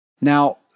Now